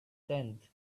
tenth